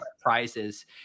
prizes